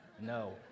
no